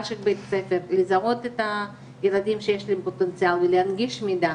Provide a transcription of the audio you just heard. של בית ספר לזהות את הילדים שיש להם פוטנציאל ולהנגיש מידע,